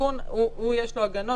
שנאמר קודם,